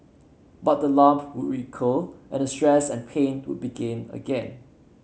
but the lump would recur and the stress and pain would begin again